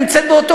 אבל, הם נמצאים,